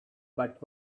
but